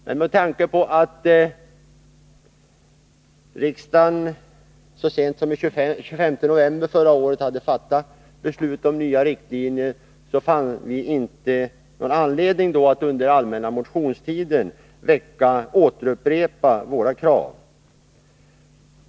Med tanke på att riksdagen så sent som den 25 november förra året hade fattat beslut om nya riktlinjer, fann vi inte någon anledning att under allmänna motionstiden upprepa våra krav.